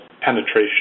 penetration